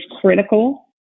critical